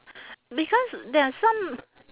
because there are some